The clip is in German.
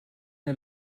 der